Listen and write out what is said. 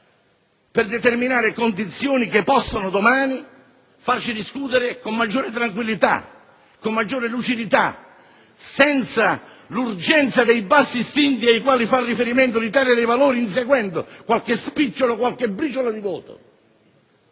per determinare condizioni che possono domani farci discutere con maggiore tranquillità, con maggiore lucidità, senza l'urgenza dei bassi istinti ai quali fa riferimento l'Italia dei Valori inseguendo qualche briciolo di voto.